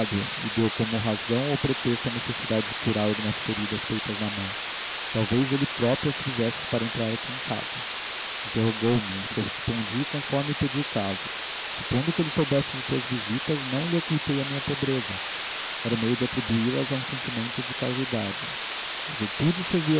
e deu como razão ou pretexto a necessidade de curar algumas feridas feitas na mão talvez ele próprio as fizesse para entrar aqui em casa interrogou me respondi conforme pedia o caso supondo que ele soubesse de tuas visitas não lhe ocultei a minha pobreza era o meio de atribuí las a um sentimento de caridade a virtude serviu